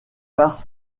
par